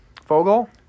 Fogel